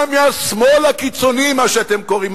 גם מהשמאל הקיצוני, מה שאתם קוראים.